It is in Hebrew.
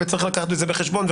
וצריך לקחת את זה בחשבון.